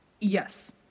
Yes